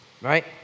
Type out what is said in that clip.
right